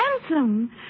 handsome